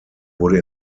wurde